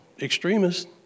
extremists